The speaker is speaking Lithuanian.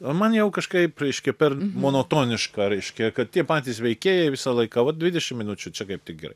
o man jau kažkaip reiškia per monotoniška reiškia kad tie patys veikėjai visą laiką vat dvidešimt minučių čia kaip tik gerai